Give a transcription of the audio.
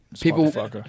People